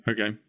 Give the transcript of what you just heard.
Okay